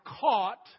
caught